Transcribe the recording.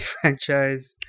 franchise